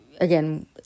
again